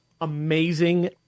amazing